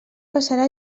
passarà